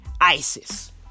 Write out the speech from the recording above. ISIS